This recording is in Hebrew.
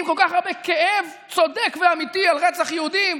עם כל כך הרבה כאב צודק ואמיתי על רצח יהודים,